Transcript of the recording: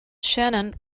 shannon